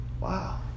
Wow